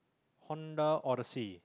Honda Odyssey